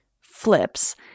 flips